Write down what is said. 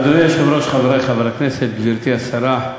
אדוני היושב-ראש, חברי חברי הכנסת, גברתי השרה,